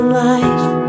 life